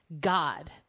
God